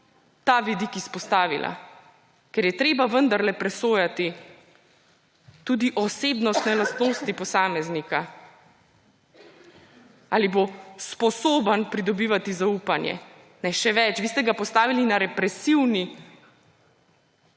ta vidik izpostavila, ker je treba vendarle presojati tudi osebnostne lastnosti posameznika, ali bo sposoben pridobivati zaupanje. Ne, še več, vi ste ga postavili na represivni